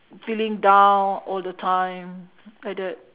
feeling down all the time like that